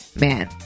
Man